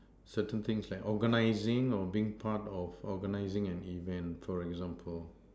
certain things like organizing or being part of organizing an event for example